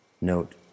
Note